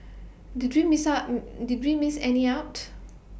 did you miss up did we miss any out